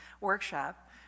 workshop